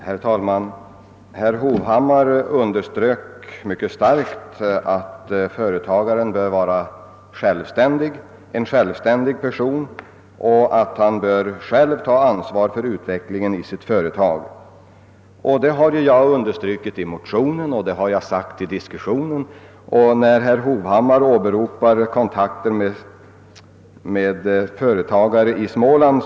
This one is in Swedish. Herr talman! Herr Hovhammar underströk mycket starkt att företagaren bör vara en självständig person och själv bör ta ansvar för utvecklingen av sitt företag. Det har också jag understrukit i motionen och framhållit i diskussionen. Herr Hovhammar åberopar kontakter med företagare i Småland.